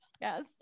Yes